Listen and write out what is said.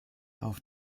auf